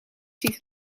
ziet